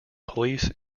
police